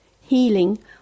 healing